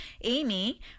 Amy